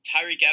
tyreek